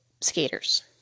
skaters